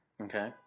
Okay